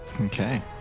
Okay